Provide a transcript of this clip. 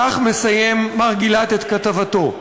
כך מסיים מר גילת את כתבתו: